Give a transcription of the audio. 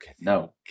No